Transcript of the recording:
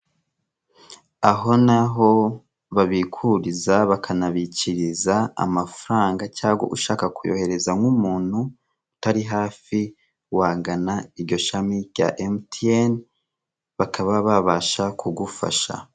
Aho ni aho babikuriza bakanabikiriza amafaranga cyangwa ushaka kuyoherereza nk'umuntu utari hafi wagana iryo shami rya mtn bakaba babasha kugufasha .